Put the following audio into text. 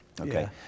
Okay